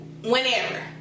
whenever